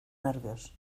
nervios